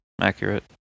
accurate